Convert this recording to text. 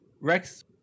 rex